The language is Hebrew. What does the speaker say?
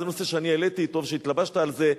זה נושא שאני העליתי ושהתלבשת על זה.